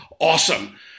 awesome